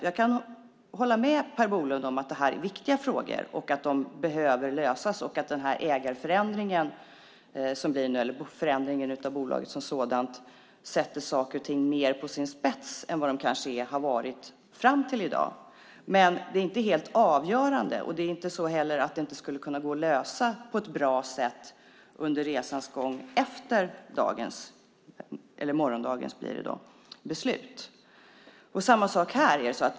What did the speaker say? Jag kan hålla med Per Bolund om att det är viktiga frågor, att de behöver lösas och att förändringen av bolaget ställer saker och ting mer på sin spets än vad de har varit fram till i dag, men de är inte helt avgörande. Det är inte heller så att de inte skulle gå att lösa på ett bra sätt efter morgondagens beslut.